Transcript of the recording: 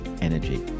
Energy